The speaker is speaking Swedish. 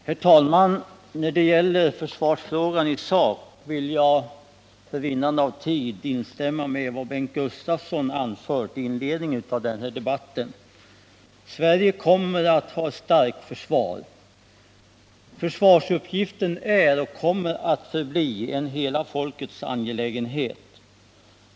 Herr talman! När det gäller försvarsfrågan i sak vill jag för vinnande av tid instämma i vad Bengt Gustavsson anfört i inledningen av den här debatten. Sverige kommer att ha ett starkt försvar. Försvarsfrågan är och kommer att förbli en hela folkets angelägenhet.